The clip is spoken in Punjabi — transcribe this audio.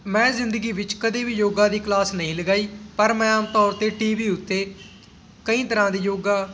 ਮੈਂ ਜ਼ਿੰਦਗੀ ਵਿੱਚ ਕਦੇ ਵੀ ਯੋਗਾ ਦੀ ਕਲਾਸ ਨਹੀਂ ਲਗਾਈ ਪਰ ਮੈਂ ਆਮ ਤੌਰ 'ਤੇ ਟੀ ਵੀ ਉੱਤੇ ਕਈ ਤਰ੍ਹਾਂ ਦੇ ਯੋਗਾ